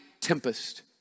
tempest